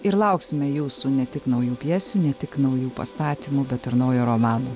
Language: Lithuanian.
ir lauksime jūsų ne tik naujų pjesių ne tik naujų pastatymų bet ir naujo romano